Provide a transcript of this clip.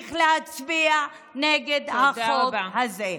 נמשיך להצביע נגד החוק הזה.